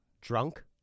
Drunk